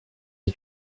his